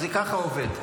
ככה זה עובד.